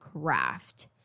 craft